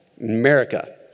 America